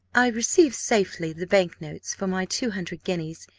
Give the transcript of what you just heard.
i received safely the bank notes for my two hundred guineas,